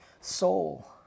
soul